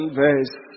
verse